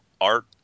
art